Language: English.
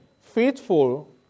faithful